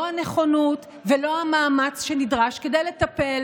לא הנכונות ולא המאמץ שנדרש כדי לטפל